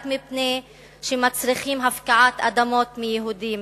רק מפני שהם מצריכים הפקעות מהיהודים,